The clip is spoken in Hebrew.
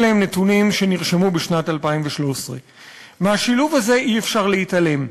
אלה נתונים שנרשמו בשנת 2013. מהשילוב הזה אי-אפשר להתעלם.